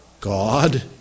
God